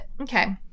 Okay